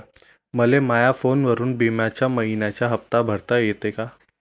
मले माया फोनवरून बिम्याचा मइन्याचा हप्ता भरता येते का?